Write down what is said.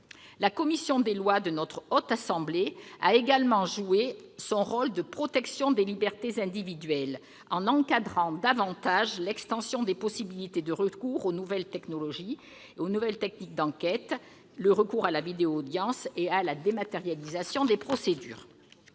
La commission des lois de la Haute Assemblée a également joué son rôle de protection des libertés individuelles en encadrant davantage l'extension des possibilités d'utilisation des nouvelles techniques d'enquête, le recours à la vidéo-audience et la dématérialisation des procédures.